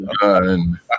done